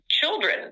children